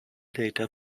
data